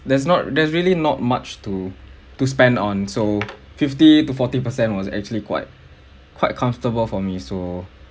there's not there's really not much to to spend on so fifty to forty percent was actually quite quite comfortable for me so